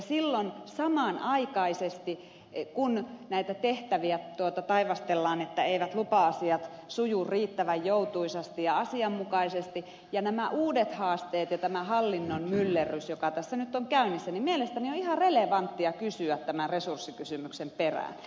silloin kun samanaikaisesti näitä tehtäviä taivastellaan että eivät lupa asiat suju riittävän joutuisasti ja asianmukaisesti ja on nämä uudet haasteet ja tämä hallinnon myllerrys joka tässä nyt on käynnissä mielestäni on ihan relevanttia kysyä tämän resurssikysymyksen perään